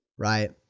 right